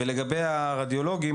ולגבי הרדיולוגים,